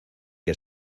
que